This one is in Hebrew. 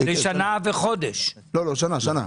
שלוש אגורות.